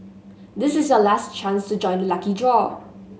this is your last chance to join the lucky draw